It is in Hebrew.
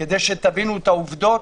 כדי שתבינו את העובדות.